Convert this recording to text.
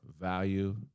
value